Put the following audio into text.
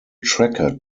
tracker